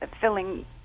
filling